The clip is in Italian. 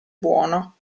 buono